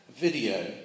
video